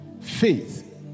Faith